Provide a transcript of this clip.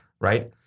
Right